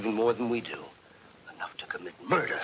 even more than we do to commit murder